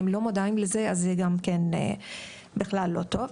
זה בכלל לא טוב.